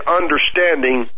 understanding